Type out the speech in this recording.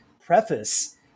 preface